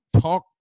talk